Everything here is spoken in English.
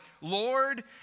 Lord